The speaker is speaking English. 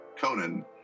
Conan